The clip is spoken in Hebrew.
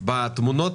בתמונות